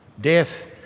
Death